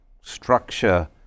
structure